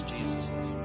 Jesus